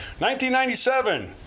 1997